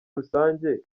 rusange